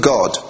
God